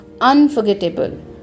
unforgettable